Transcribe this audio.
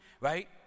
right